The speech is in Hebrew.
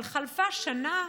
אבל חלפה שנה,